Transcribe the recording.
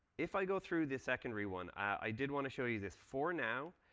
if i go through this secondary one, i did want to show you this for now.